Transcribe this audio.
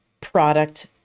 product